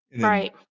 right